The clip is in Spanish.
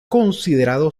considerado